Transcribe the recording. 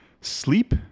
Sleep